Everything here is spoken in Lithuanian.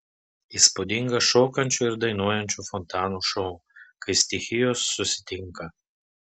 įspūdingas šokančių ir dainuojančių fontanų šou kai stichijos susitinka